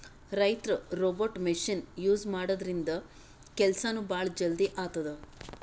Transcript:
ರೈತರ್ robot machine use ಮಾಡದ್ರಿನ್ದ ಕೆಲ್ಸನೂ ಭಾಳ್ ಜಲ್ದಿ ಆತದ್